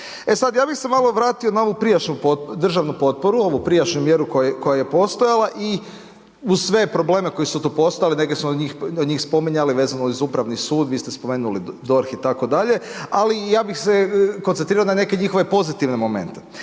E sad, ja bih se malo vratio na ovu prijašnju državnu potporu, ovu prijašnju mjeru koja je postojala i uz sve probleme koji su tu postojali, neke smo od njih spominjali vezano uz Upravni sud. Vi ste spomenuli DORH itd. Ali ja bih se koncentrirao ne neka njihove pozitivne momente.